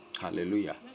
Hallelujah